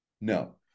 no